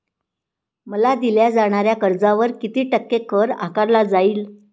मला दिल्या जाणाऱ्या कर्जावर किती टक्के कर आकारला जाईल?